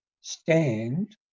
stand